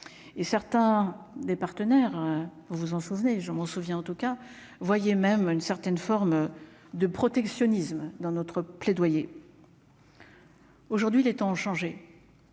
et certains des partenaires, vous vous en souvenez, je m'en souviens, en tout cas, voyez même une certaine forme de protectionnisme dans notre plaidoyer. Aujourd'hui les temps ont changé.